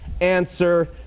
answer